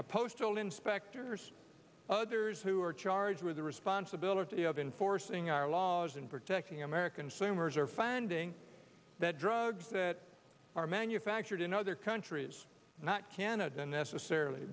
where postal inspectors others who are charged with the responsibility of inforcing our laws and protecting american swimmers are finding that drugs that are manufactured in other countries not canada necessarily